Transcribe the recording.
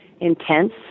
intense